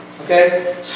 Okay